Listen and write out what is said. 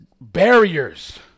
barriers